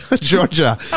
Georgia